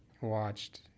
watched